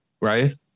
Right